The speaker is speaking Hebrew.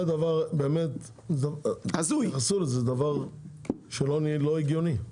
זה באמת דבר לא הגיוני.